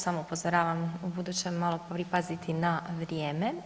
Samo upozoravam, ubuduće malo pripaziti na vrijeme.